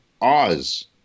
Oz